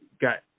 got